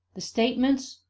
the statements,